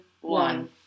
one